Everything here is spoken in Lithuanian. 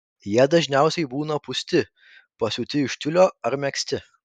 jie dažniausiai būna pūsti pasiūti iš tiulio ar megzti